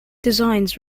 designs